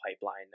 pipeline